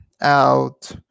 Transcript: out